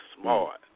smart